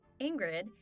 Ingrid